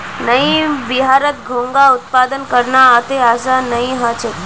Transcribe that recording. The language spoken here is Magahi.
नइ बिहारत घोंघा उत्पादन करना अत्ते आसान नइ ह छेक